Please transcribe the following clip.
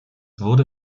wurde